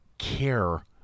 care